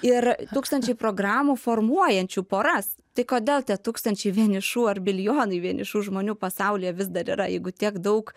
ir tūkstančiai programų formuojančių poras tai kodėl tie tūkstančiai vienišų ar milijonai vienišų žmonių pasaulyje vis dar yra jeigu tiek daug